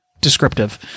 descriptive